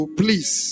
please